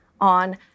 on